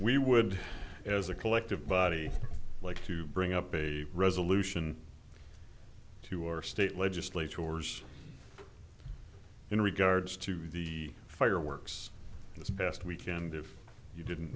we would as a collective body like to bring up a resolution to our state legislators in regards to the fireworks this past weekend if you didn't